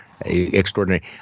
extraordinary